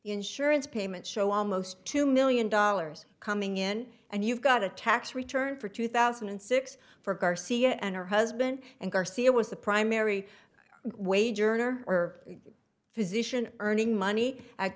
insurance payments show almost two million dollars coming in and you've got a tax return for two thousand and six for garcia and her husband and garcia was the primary wage earner or physician earning money